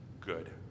good